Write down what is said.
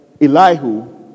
Elihu